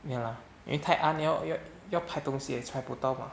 ya 因为太暗要要要拍东西也拍不到 bah